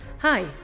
Hi